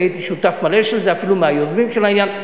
הייתי שותף מלא של זה, אפילו מהיוזמים של העניין.